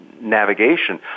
navigation